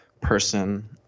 person